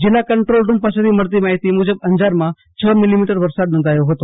જિલ્લા control room પાસેથી મળતી માહિતી મુજબ અંજારમાં હ મિલીમીટર વરસાદ નોંધાયો હતો